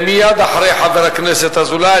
מייד אחרי חבר הכנסת אזולאי,